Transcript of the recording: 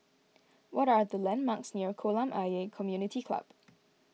what are the landmarks near Kolam Ayer Community Club